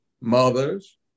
mothers